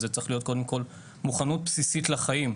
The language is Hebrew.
זה צריך להיות קודם כל מוכנות בסיסית לחיים,